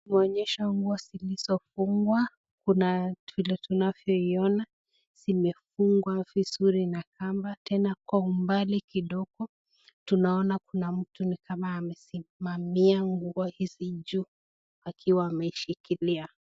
Inaonyesha nguo zilizofungwa. Kuna vile tunavyoiona zimefungwa vizuri na kamba, tena kwa umbali kidogo tunaona kuna mtu ni kama amesimamia nguo hizi juu akiwa ameshikilia.